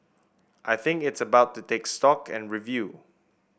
I think it's about to take stock and review